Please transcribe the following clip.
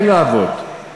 כן לעבוד.